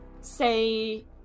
say